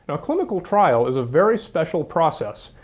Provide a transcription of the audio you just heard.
a clinical trial is a very special process.